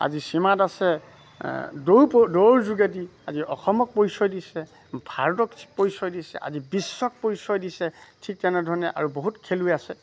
আজি হিমা দাসে দৌৰৰ যোগেদি আজি অসমক পৰিচয় দিছে ভাৰতক পৰিচয় দিছে আজি বিশ্বক পৰিচয় দিছে ঠিক তেনেধৰণে আৰু বহুত খেলুৱৈ আছে